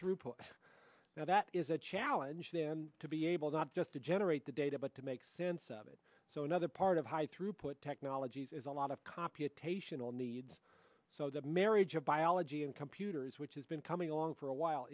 throughput now that is a challenge then to be able to not just to generate the data but to make sense of it so another part of high throughput technologies is a lot of computational needs so that marriage of biology and computers which has been coming along for a while